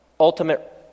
ultimate